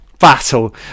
Battle